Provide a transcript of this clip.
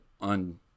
on